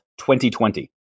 2020